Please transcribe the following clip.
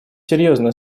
серьезные